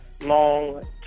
long